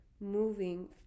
moving